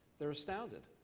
they're astounded.